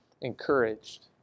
encouraged